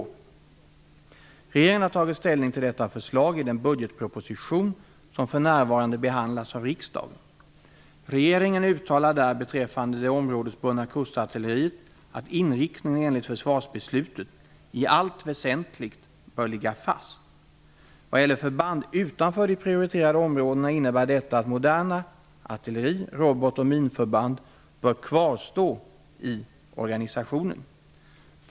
Regeringen har tagit ställning till detta förslag i den budgetproposition som för närvarande behandlas av riksdagen. Regeringen uttalar där beträffande det områdesbundna kustartilleriet att inriktningen enligt försvarsbeslutet i allt väsentligt bör ligga fast. Vad gäller förband utanför de prioriterade områdena innebär detta att moderna artilleri-, robot och minförband bör kvarstå i organisationen.